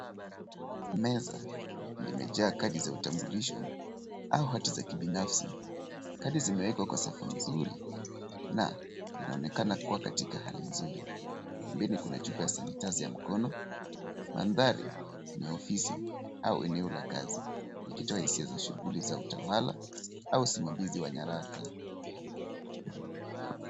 Meza limejaa kadi za utambulisho au hati za kibinafsi. Kadi zimewekwa kwenye safu nzuri na zinaonekana kuwa katika hali nzuri. Chini kuna sanitaiza ya mkono. Mandhari ni ya ofisi au maeneo ya kazi, ikitoa hisia za utawala wa au usimamizi wa nyaraka.